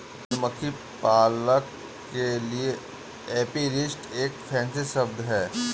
मधुमक्खी पालक के लिए एपीरिस्ट एक फैंसी शब्द है